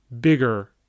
bigger